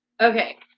okay